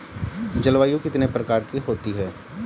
जलवायु कितने प्रकार की होती हैं?